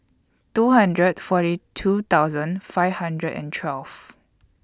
two hundred and forty two thousand five hundred and twelve